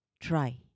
Try